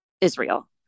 Israel